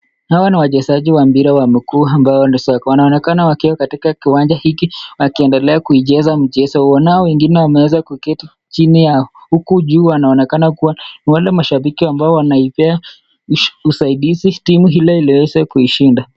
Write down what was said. Wachezaji wa mpira wa mguu ambayo ni soka. Wanaonekana wakiwa katika kiwanja hiki wakiendelea kuicheza mchezo huo. Nao wengine wameweza kuketi chini yao huku juu wanaonekana kuwa ni wale mashabiki ambao wanaipea usaidizi timu ile ili iweze kushinda.